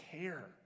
care